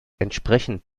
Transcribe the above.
entsprechend